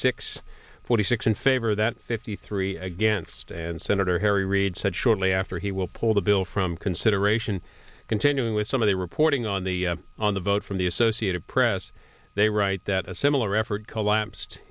six forty six in favor of that fifty three against and senator harry reid said shortly after he will pull the bill from consideration continuing with some of the reporting on the on the vote from the associated press they write that a similar effort collapsed